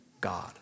God